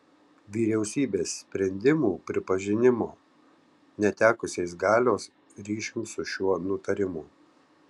vyriausybės sprendimų pripažinimo netekusiais galios ryšium su šiuo nutarimu